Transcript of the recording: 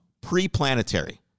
Pre-planetary